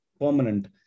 permanent